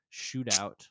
shootout